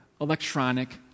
electronic